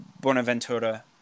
Bonaventura